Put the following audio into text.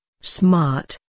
smart